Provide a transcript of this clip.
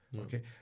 okay